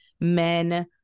men